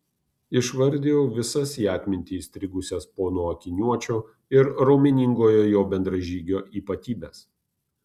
išvardijau visas į atmintį įstrigusias pono akiniuočio ir raumeningojo jo bendražygio ypatybes